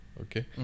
okay